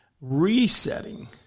Resetting